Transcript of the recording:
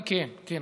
כן, כן.